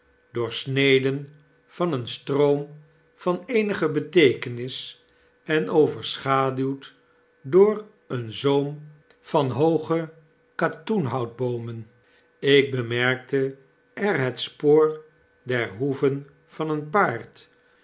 doorsneden van een stroom van eenige beteekenis en overschaduwd door een zoom van hooge katoenhoutboomen ik bemerkte er het spoor der hoeven van een paard